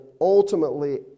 ultimately